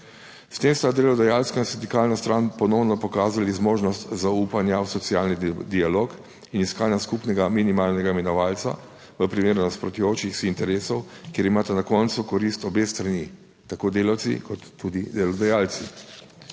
S tem sta delodajalca in sindikalna stran ponovno pokazali zmožnost zaupanja v socialni dialog in iskanja skupnega minimalnega imenovalca v primeru nasprotujočih si interesov, kjer imata na koncu korist obe strani, tako delavci kot tudi delodajalci.